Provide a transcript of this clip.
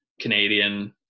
Canadian